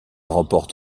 remporte